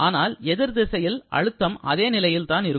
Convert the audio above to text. ஆனால் எதிர்திசையில் அழுத்தம் அதே நிலையில் தான் இருக்கும்